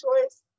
choice